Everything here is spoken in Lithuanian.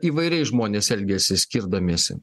įvairiai žmonės elgiasi skirdamiesi